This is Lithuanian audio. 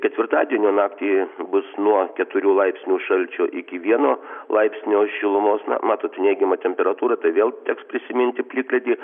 ketvirtadienio naktį bus nuo keturių laipsnių šalčio iki vieno laipsnio šilumos na matot neigiama temperatūra tai vėl teks prisiminti plikledį